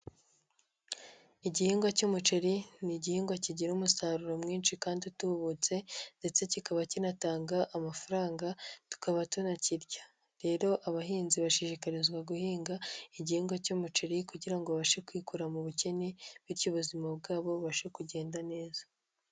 Igihingwa cy'umuceri ni igihingwa kigira umusaruro mwinshi kandi utubutse ndetse kikaba kinatanga amafaranga tukaba tunakirya. Rero abahinzi bashishikarizwa guhinga igihingwa cy'umuceri kugira ngo babashe kwikura mu bukene, bityo ubuzima bwabo bubashe kugenda neza.